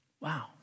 Wow